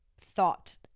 thought